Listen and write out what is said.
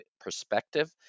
perspective